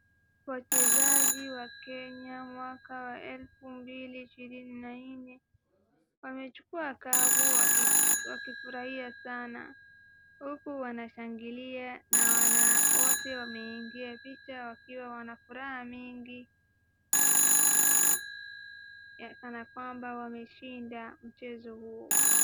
Wachezaji wa Kenya mwaka wa elfu mbili ishirini na nne wanachukua kapu wakifurahia sana huku wanashangilia na wote wameingia picha wakiwa na furaha mingi kana kwamba wameshinda mchezo huo.